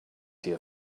here